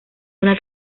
una